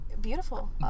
beautiful